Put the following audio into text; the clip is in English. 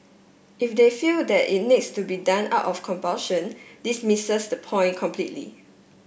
if they feel that it needs to be done out of compulsion this misses the point completely